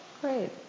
Great